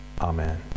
Amen